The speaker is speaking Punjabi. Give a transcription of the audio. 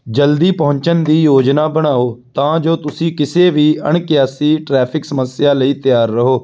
ਜਲਦੀ ਪਹੁੰਚਣ ਦੀ ਯੋਜਨਾ ਬਣਾਓ ਤਾਂ ਜੋ ਤੁਸੀਂ ਕਿਸੇ ਵੀ ਅਣਕਿਆਸੀ ਟ੍ਰੈਫਿਕ ਸਮੱਸਿਆ ਲਈ ਤਿਆਰ ਰਹੋ